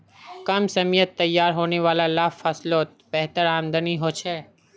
कम समयत तैयार होने वाला ला फस्लोत बेहतर आमदानी होछे